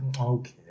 okay